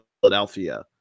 Philadelphia